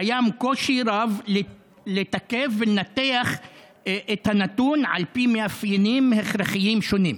קיים קושי רב לתקף ולנתח את הנתון על פי מאפיינים הכרחיים שונים.